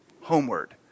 homeward